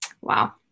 wow